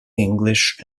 english